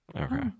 Okay